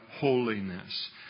holiness